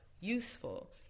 useful